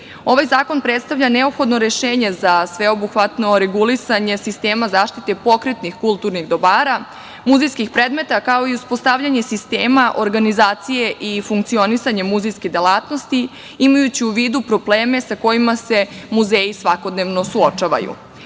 Ovaj zakon predstavlja neophodno rešenje za sveobuhvatno regulisanje sistema zaštite pokretnih kulturnih dobara, muzejskih predmeta, kao i uspostavljanje sistema organizacije i funkcionisanje muzejske delatnosti, imajući u vidu probleme sa kojima se muzeji svakodnevni suočavaju. Na